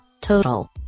Total